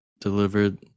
delivered